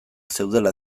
zeudela